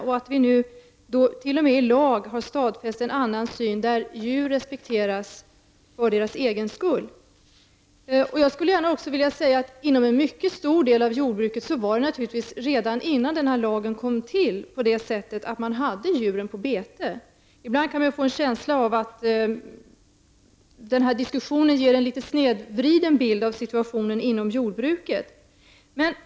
Nu har det genom en lag stadfästs en annan syn där djur respekteras för deras egen skull. Inom en mycket stor del av jordbruket hade man naturligtvis djuren på bete redan innan den här lagen kom till. Ibland får man en känsla av att denna diskussion ger en något snedvriden bild av situationen inom jordbruket.